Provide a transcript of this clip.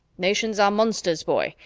nations are monsters, boy,